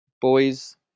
Boys